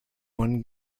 one